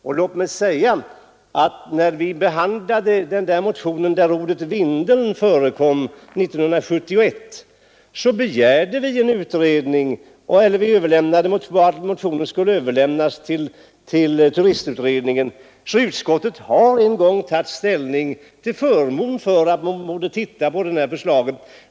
När vi 1971 behandlade den motion där ordet Vindeln förekom, begärde vi att motionen skulle överlämnas till turistutredningen. Utskottet har därför en gång tagit ställning till förmån för att man borde titta litet på förslaget.